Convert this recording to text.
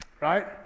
right